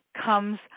comes